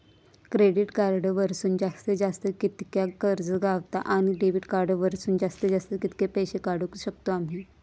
Credit card वरसून जास्तीत जास्त कितक्या कर्ज गावता, आणि डेबिट कार्ड वरसून जास्तीत जास्त कितके पैसे काढुक शकतू आम्ही?